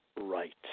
right